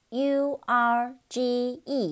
urge